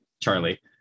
Charlie